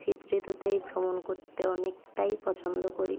শীত ঋতুতেই ভ্রমণ করতে অনেকটাই পছন্দ করি